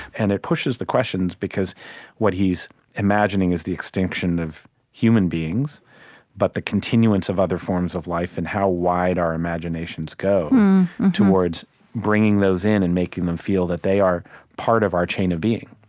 and it pushes the questions, because what he's imagining is the extinction of human beings but the continuance of other forms of life and how wide our imaginations go towards bringing those in and making them feel that they are part of our chain of being.